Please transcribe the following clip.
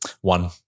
One